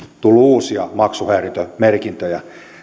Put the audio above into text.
tullut uusia maksuhäiriömerkintöjä